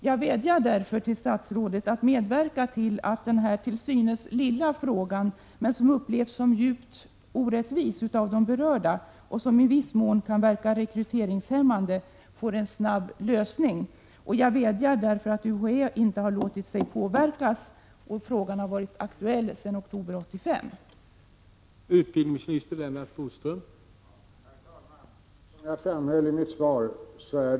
Jag vädjar till statsrådet att medverka till att denna till synes lilla fråga, som dock upplevs som djupt orättvis av de berörda och som i viss mån är rekryteringshämmande, får en snar lösning. Jag framför denna vädjan därför 37 att UHÄ inte har låtit sig påverkas, trots att frågan har varit aktuell sedan oktober 1985.